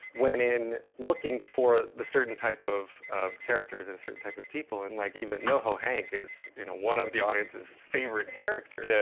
went in looking for the certain type of of characters and certain type of people. and like even noho hank is one of the audience's favorite characters, yeah